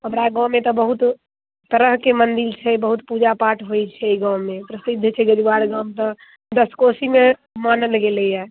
हमरा गाँवमे तऽ बहुत तरहके मंदिल छै बहुत पूजा पाठ होइत छै ई गाँवमे प्रसिद्ध छै जजुआर गाम तऽ दश कोशीमे मानल गेलैया